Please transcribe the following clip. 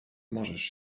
możesz